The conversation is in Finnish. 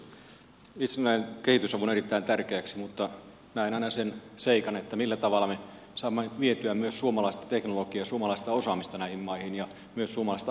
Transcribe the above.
itse näen kehitysavun erittäin tärkeäksi mutta näen aina sen seikan millä tavalla me saamme vietyä myös suomalaista teknologiaa ja suomalaista osaamista näihin maihin ja myös suomalaista asiantuntijuutta